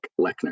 lechner